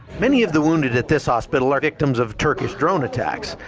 many of the wounded at this hospital are victims of turkish drone attacks.